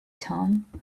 tom